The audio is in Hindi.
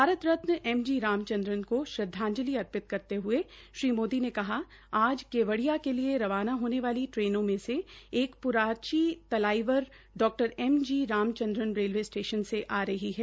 भारत रतन एम जी रामाचन्द्रन को श्रद्धांजलि अर्पित करते हये श्री मोदी ने कहा कि आज केवडिया के लिए रवाना होने वाली रेलगाडियों में एक पुरानी तलाईवर डॉ M G Ramachandran railway station से आ रही है